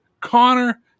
connor